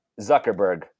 Zuckerberg